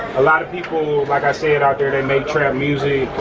a lot of people, like i said, out there they make trap music,